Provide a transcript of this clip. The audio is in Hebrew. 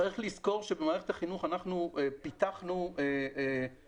צריך לזכור שבמערכת החינוך אנחנו פיתחנו גמול